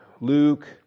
Luke